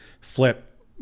flip